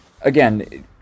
again